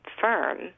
firm